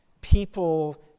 people